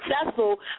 successful